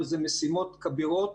ואלה משימות כבירות,